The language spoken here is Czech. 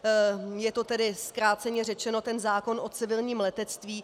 Je to tedy zkráceně řečeno ten zákon o civilním letectví.